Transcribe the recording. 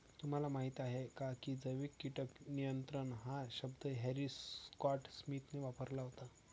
तुम्हाला माहीत आहे का की जैविक कीटक नियंत्रण हा शब्द हॅरी स्कॉट स्मिथने वापरला होता?